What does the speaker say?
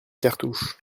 cartouches